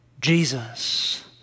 Jesus